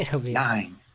Nine